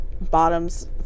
Bottoms